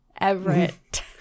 Everett